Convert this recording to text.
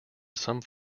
some